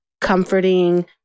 comforting